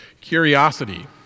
curiosity